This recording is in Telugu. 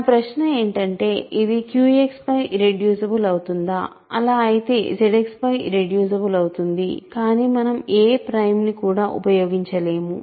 నా ప్రశ్న ఏంటంటే ఇది QX పై ఇర్రెడ్యూసిబుల్ అవుతుందా అలా అయితే అది ZX పై ఇర్రెడ్యూసిబుల్ అవుతుంది కానీ మనం ఏ ప్రైమ్ ను కూడా ఉపయోగించలేము